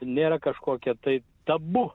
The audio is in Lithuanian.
nėra kažkokia tai tabu